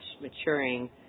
maturing